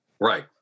Right